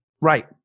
right